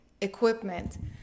equipment